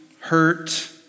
hurt